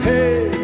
Hey